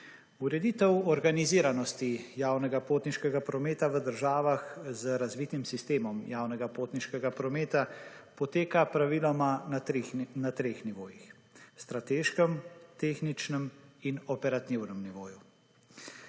Ureditev organiziranosti javnega potniškega prometa v državah z razvitim sistemom javnega potniškega prometa poteka praviloma na treh nivojih: strateškem, tehničnem in operativnem nivoju.